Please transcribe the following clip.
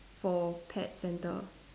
for pet centre